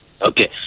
Okay